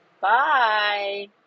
bye